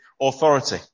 authority